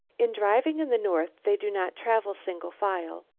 in driving in the north they do not travel single file,